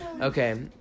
Okay